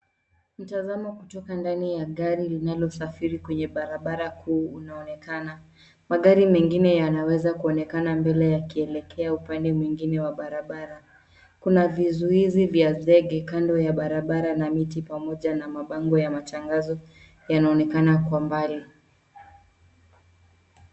Mtazamo kutoka ndani ya gari linalo safiri kwenye barabara kuu unaonekana . Magari mengine yanaweza kuonekana mbele yakielekea upande mwingine wa barabara. Kuna vizuizi vya zege kando ya barabara na miti pamoja na mabango ya matangazo yanaonekana kwa mbali.